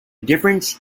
difference